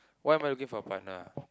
why I'm looking for partner ah